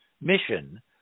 mission